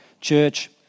church